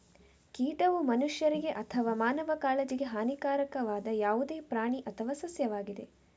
ಕೀಟವು ಮನುಷ್ಯರಿಗೆ ಅಥವಾ ಮಾನವ ಕಾಳಜಿಗೆ ಹಾನಿಕಾರಕವಾದ ಯಾವುದೇ ಪ್ರಾಣಿ ಅಥವಾ ಸಸ್ಯವಾಗಿದೆ